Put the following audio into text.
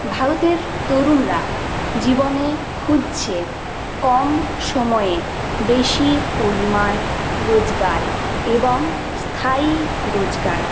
ভারতের তরুণরা জীবনে খুঁজছে কম সময়ে বেশি পরিমাণ রোজগার এবং স্থায়ী রোজগার